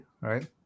right